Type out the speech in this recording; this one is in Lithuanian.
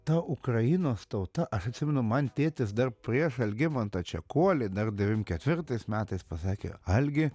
ta ukrainos tauta aš atsimenu man tėtis dar prieš algimantą čekuolį dar devim ketvirtais metais pasakė algi